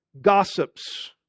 gossips